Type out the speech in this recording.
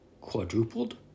quadrupled